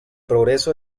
progreso